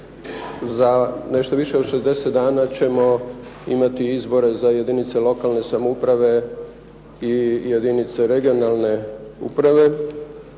za nešto više od 60 dana ćemo imati izbore za jedinice lokalne samouprave i jedinice regionalne uprave.